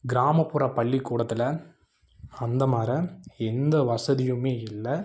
கிராமப்புற பள்ளிக்கூடத்தில் அந்த மாரி எந்த வசதியுமே இல்லை